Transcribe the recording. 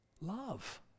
love